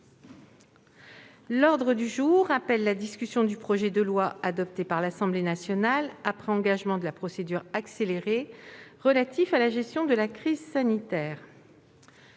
L'ordre du jour appelle la discussion du projet de loi, adopté par l'Assemblée nationale après engagement de la procédure accélérée, relatif à la gestion de la crise sanitaire